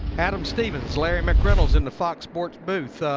adam stevens, like um in the fox sports booth.